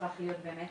הפך להיות המרכז